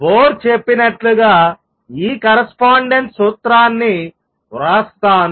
bore చెప్పినట్లుగా ఈ correspondence సూత్రాన్ని వ్రాస్తాను